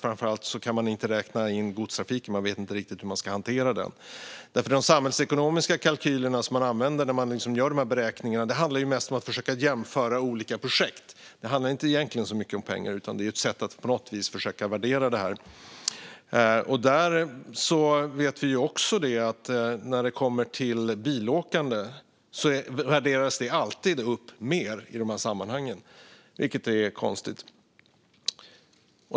Framför allt kan man inte räkna in godstrafiken. Man vet inte riktigt hur man ska hantera den. De samhällsekonomiska kalkyler man använder när man gör beräkningarna handlar mest om att försöka jämföra olika projekt. Det handlar egentligen inte så mycket om pengar utan om ett sätt att på något vis försöka värdera det. Vi vet också att när det kommer till bilåkande värderas det alltid upp mer i sammanhangen, vilket är konstigt.